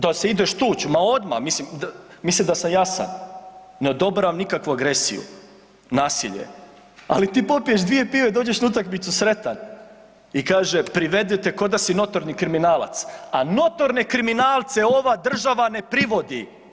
Da se ideš tuć, ma odmah, mislim da sam jasan, ne odobravam nikakvu agresiju, nasilje, ali ti popiješ dvije pive, dođeš na utakmicu sretan i kaže privedete ko da si notorni kriminalac a notorne kriminalce ova država ne privodi.